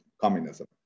communism